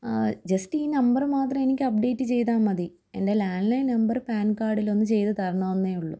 just ഈ number മാത്രം എനിക്ക് അപ്ഡേറ്റ് ചെയ്താല് മതി എൻ്റെ ലാൻഡ്ലൈൻ നമ്പര് പാൻ കാർഡിലൊന്ന് ചെയ്ത് തരണമെന്നേ ഉള്ളൂ